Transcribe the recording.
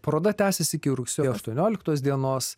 paroda tęsis iki rugsėjo aštuonioliktos dienos